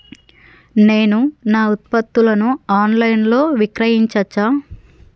నేను నా ఉత్పత్తులను ఆన్ లైన్ లో విక్రయించచ్చా?